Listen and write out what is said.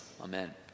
Amen